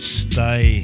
stay